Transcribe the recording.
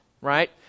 right